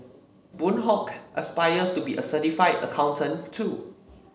Boon Hock aspires to be a certified accountant too